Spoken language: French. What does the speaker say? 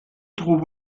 trouve